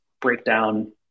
breakdown